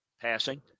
passing